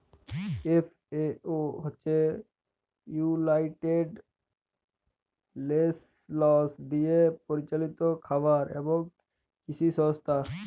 FAO হছে United Nations দিয়ে পরিচালিত খাবার এবং কিসি সংস্থা